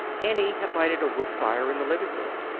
annie had lighted a wood fire in the living-room.